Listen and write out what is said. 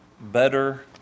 better